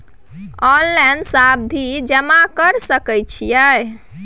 Online सावधि जमा कर सके छिये?